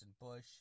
Bush